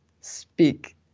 speak